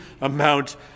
amount